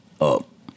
up